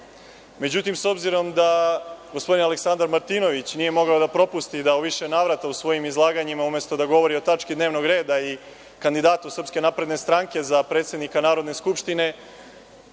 replika.Međutim, s obzirom da gospodin Aleksandar Martinović nije mogao da propusti da u više navrata u svojim izlaganjima umesto da govori o tački dnevnog reda i kandidatu SNS za predsednika Narodne skupštine